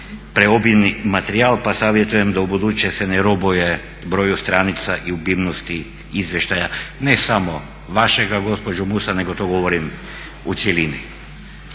preobimni materijal pa savjetujem da ubuduće se ne robuje broju stranica i obimnosti izvještaja, ne samo vašega gospođo Musa nego to govorim u cjelini.